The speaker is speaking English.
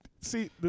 See